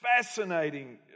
fascinating